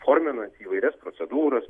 forminant įvairias procedūras